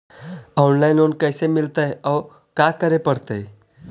Online loan कैसे मिलतै औ का करे पड़तै?